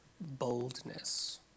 boldness